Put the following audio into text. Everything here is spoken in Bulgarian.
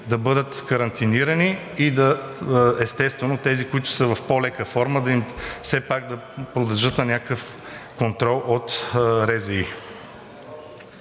да бъдат карантинирани и естествено, тези, които са в по-лека форма, все пак да подлежат на някакъв контрол от РЗИ.